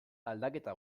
aldaketa